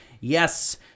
yes